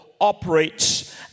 operates